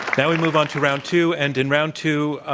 now we move onto round two. and in round two,